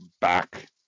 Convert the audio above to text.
back